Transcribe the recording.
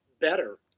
better